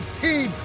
team